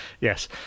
Yes